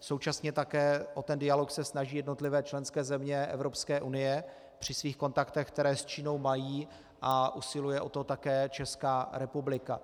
Současně se také o ten dialog snaží jednotlivé členské země Evropské unie při svých kontaktech, které s Čínou mají, a usiluje o to také Česká republika.